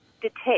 detect